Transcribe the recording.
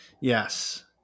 yes